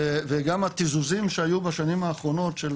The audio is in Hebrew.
וגם התיזוזים שהיו בשנים האחרונות של